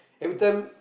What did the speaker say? every time